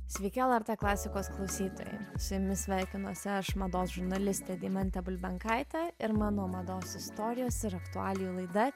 sveiki lrt klasikos klausytojai su jumis sveikinuosi aš mados žurnalistė deimantė bulbenkaitė ir mano mados istorijos ir aktualijų laida